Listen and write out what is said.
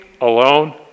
alone